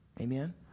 Amen